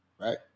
right